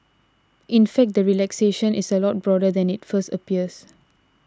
in fact the relaxation is a lot broader than it first appears